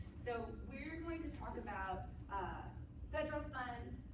so we're going to talk about federal funds,